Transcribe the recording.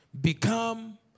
become